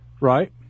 Right